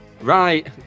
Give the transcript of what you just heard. right